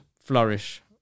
flourish